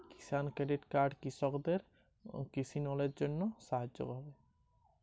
কিষান credit card কৃষকের কি কি কাজে লাগতে পারে?